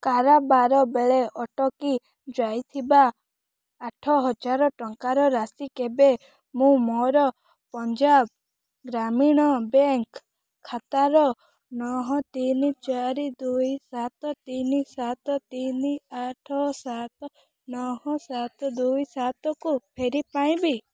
କାରବାର ବେଳେ ଅଟକି ଯାଇଥିବା ଆଠହଜାର ଟଙ୍କାର ରାଶି କେବେ ମୁଁ ମୋର ପଞ୍ଜାବ ଗ୍ରାମୀଣ ବ୍ୟାଙ୍କ୍ ଖାତାର ନଅ ତିନି ଚାରି ଦୁଇ ସାତ ତିନି ସାତ ତିନି ଆଠ ସାତ ନଅ ସାତ ଦୁଇ ସାତକୁ ଫେରି ପାଇବି